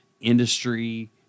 industry